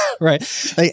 right